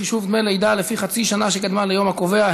חישוב דמי לידה לפי חצי שנה שקדמה ליום הקובע),